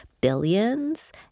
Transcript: Billions